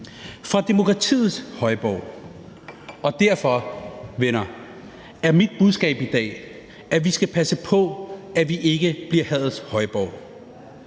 og derfor, venner, er mit budskab i dag, at vi skal passe på, at vi ikke bliver hadets højborg.